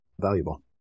valuable